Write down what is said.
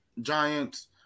Giants